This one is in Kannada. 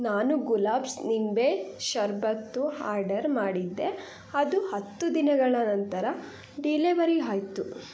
ನಾನು ಗುಲಾಬ್ಸ್ ನಿಂಬೆ ಶರ್ಬತ್ತು ಆರ್ಡರ್ ಮಾಡಿದ್ದೆ ಅದು ಹತ್ತು ದಿನಗಳ ನಂತರ ಡಿಲೆವರಿ ಆಯ್ತು